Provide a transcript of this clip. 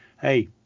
hey